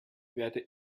werde